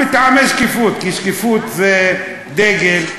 מטעמי שקיפות, כי שקיפות זה דגל.